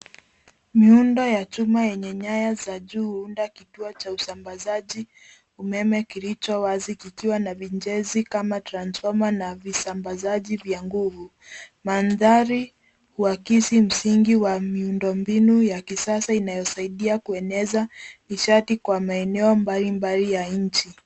Miundo ya chuma yenye nyaya za juu ndani ya kituo cha usambazaji umeme kilicho wazi kikiwa na vichezi kama transfoma na visambazaji vya nguvu. Mandhari huakisi msingi wa miundo mbinu ya kisasa inayosaidia kueneza nishati kwa maeneo mbalimbali ya nchi.